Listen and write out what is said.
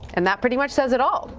and that pretty much says it all.